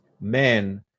men